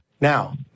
Now